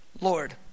Lord